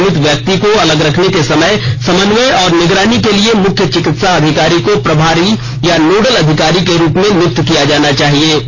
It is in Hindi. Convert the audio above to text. संक्रमित व्यक्ति को अलग रखने के समय समन्वय और निगरानी के लिए मुख्य चिकित्सा अधिकारी को प्रभारी या नोडल अधिकारी के रूप में नियुक्त किया जाना चाहिए